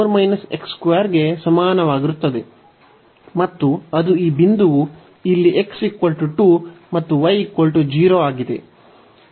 ಈ y ಯಿಂದ 4 ಗೆ ಸಮಾನವಾಗಿರುತ್ತದೆ ಮತ್ತು ಅದು ಈ ಬಿಂದುವು ಇಲ್ಲಿ x 2 ಮತ್ತು y 0 ಆಗಿದೆ